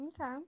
Okay